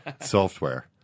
software